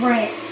Right